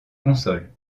consoles